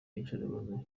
iyicarubozo